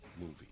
movie